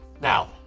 Now